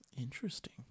Interesting